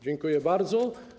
Dziękuję bardzo.